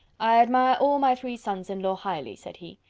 i admire all my three sons-in-law highly, said he.